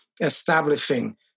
establishing